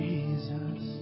Jesus